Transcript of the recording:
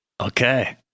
Okay